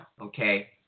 okay